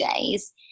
days